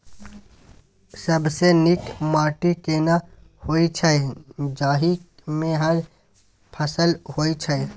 सबसे नीक माटी केना होय छै, जाहि मे हर फसल होय छै?